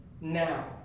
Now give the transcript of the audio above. now